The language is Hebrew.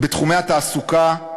בתחומי התעסוקה,